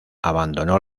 abandonó